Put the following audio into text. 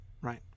right